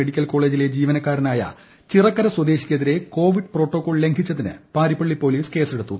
medical കോളേജിലെ ജീവനക്കാരനായ ചിറക്കര സ്വദേശിക്കെതിരെ കോവിഡ് പ്രോട്ടോകോൾ ലംഘിച്ചതിന് പാരിപ്പള്ളി പോലീസ് കേസെടുത്തു